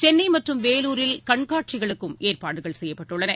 சென்னைமற்றும் வேலூரில் கண்காட்சிகளுக்கும் ஏற்பாடுகள் செய்யப்பட்டுள்ளன